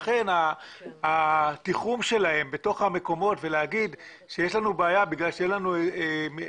לכן התיחום שלהם במקומות ולהגיד שיש לנו בעיה מכיוון שיש לנו אדמות